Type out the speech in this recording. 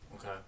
Okay